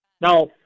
Now